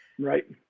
right